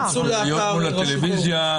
להיות מול הטלוויזיה,